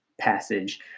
passage